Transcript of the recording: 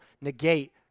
negate